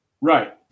right